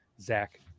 Zach